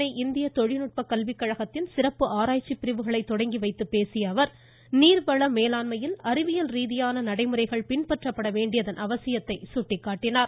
சென்னை இந்திய தொழில் கல்விக்கழகத்தின் சிறப்பு ஆராய்ச்சிப் பிரிவுகளை ஙட்ப தொடங்கிவைத்துப்பேசியஅவர் நீர் வள மேலாண்மையில் அறிவியல் ரீதியான நடைமுறைகள் பின்பற்றப்பட வேண்டியதன் அவசியத்தை சுட்டிக்காட்டினார்